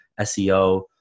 SEO